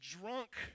drunk